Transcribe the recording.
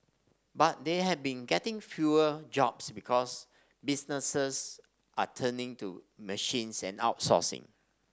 but they have been getting fewer jobs because businesses are turning to machines and outsourcing